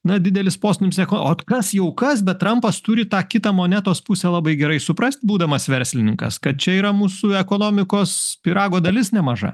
na didelis postūmis eko ot kas jau kas bet trampas turi tą kitą monetos pusę labai gerai suprast būdamas verslininkas kad čia yra mūsų ekonomikos pyrago dalis nemaža